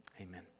amen